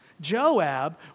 Joab